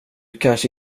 kanske